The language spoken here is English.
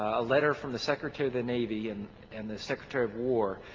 a letter from the secretary of the navy and and the secretary of war